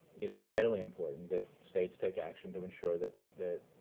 it is vitally important that states take action to ensure that that